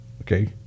Okay